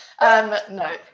No